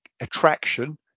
attraction